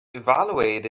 evaluate